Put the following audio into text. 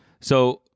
So-